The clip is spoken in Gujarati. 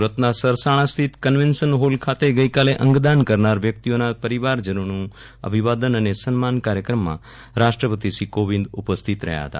સુરતના સરસાજ્ઞા સ્થિત કન્વેન્શન હોલ ખાતે આજે અંગદાન કરનાર વ્યકિતઓના પરિવારજનોનું અભિવાદન અને સન્માન કાર્યક્રમમાં રાષ્ટ્રપતિ શ્રી કોવિંદ ઉપસ્થિત રહ્યા હતા